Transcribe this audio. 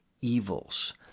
evils